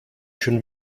schon